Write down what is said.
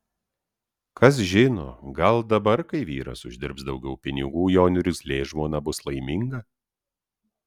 kas žino gal dabar kai vyras uždirbs daugiau pinigų jo niurzglė žmona bus laiminga